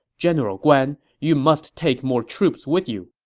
general guan, you must take more troops with you.